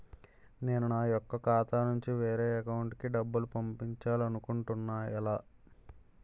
నేను నా యెక్క ఖాతా నుంచి వేరే వారి అకౌంట్ కు డబ్బులు పంపించాలనుకుంటున్నా ఎలా?